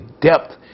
depth